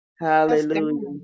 Hallelujah